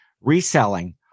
reselling